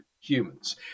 humans